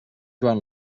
joan